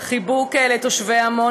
חיבוק לתושבי עמונה.